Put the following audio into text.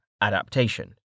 Adaptation